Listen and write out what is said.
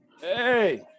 Hey